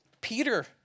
Peter